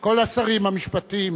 כל השרים, המשפטים,